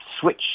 switch